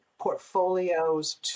portfolios